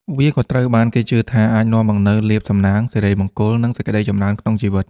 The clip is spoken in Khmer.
វាក៏ត្រូវបានគេជឿថាអាចនាំមកនូវលាភសំណាង សិរីមង្គល និងសេចក្តីចម្រើនក្នុងជីវិត។